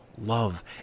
love